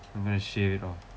I'm going to shave it off